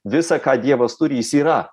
visa ką dievas turi jis yra